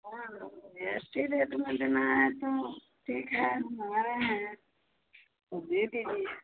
हाँ जी S T rate में देना है तो ठीक है हम आए हैं तो दे दीजिए